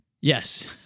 Yes